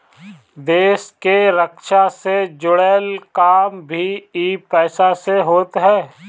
देस के रक्षा से जुड़ल काम भी इ पईसा से होत हअ